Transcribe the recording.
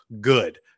good